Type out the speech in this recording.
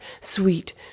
sweet